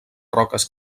roques